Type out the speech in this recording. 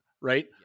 right